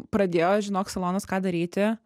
pradėjo žinok salonas ką daryti